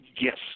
yes